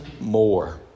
more